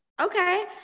okay